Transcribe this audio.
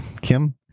Kim